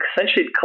essentially